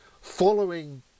following